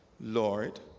Lord